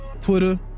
Twitter